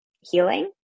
healing